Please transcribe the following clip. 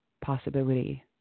possibility